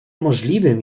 możliwym